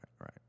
right